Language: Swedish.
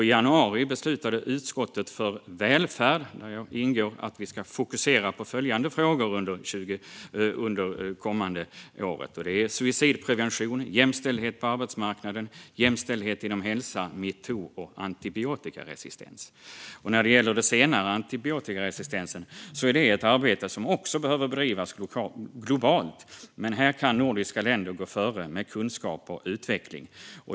I januari beslutade utskottet för välfärd, där jag själv ingår, att fokusera på följande frågor under det kommande året: suicidprevention, jämställdhet på arbetsmarknaden, jämställdhet inom hälsa, metoo och antibiotikaresistens. Just antibiotikaresistens är ett arbete som också behöver bedrivas globalt, men där kan de nordiska länderna gå före med kunskap och utveckling.